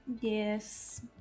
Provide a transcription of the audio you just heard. Yes